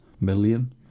million